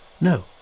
No